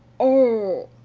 oh,